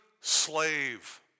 slave